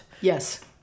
Yes